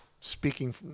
speaking